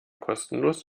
kostenlos